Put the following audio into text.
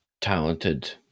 talented